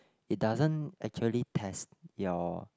it doesn't actually test your